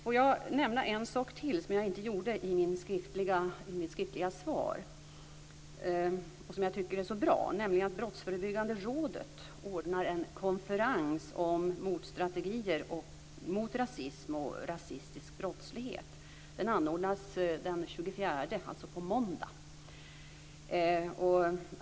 Får jag nämna en sak till som jag inte nämnde i mitt skriftliga svar och som jag tycker är så bra, nämligen att Brottsförebyggande rådet ordnar en konferens om motstrategier mot rasism och rasistisk brottslighet. Konferensen anordnas den 24 januari, på måndag.